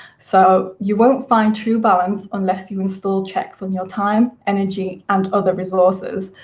so you won't find true balance unless you install checks on your time, energy, and other resources.